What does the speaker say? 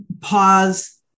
pause